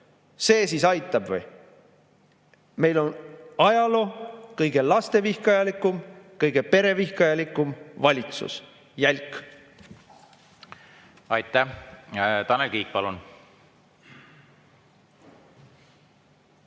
See siis aitab või? Meil on ajaloo kõige lastevihkajalikum, kõige perevihkajalikum valitsus. Jälk! Kuidas ma julgen